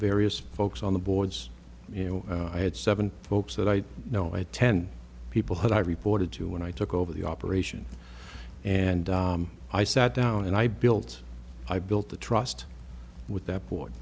various folks on the boards you know i had seven folks that i know i ten people who i reported to when i took over the operation and i sat down and i built i built the trust with